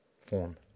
form